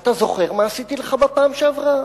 אתה זוכר מה עשיתי לך בפעם שעברה?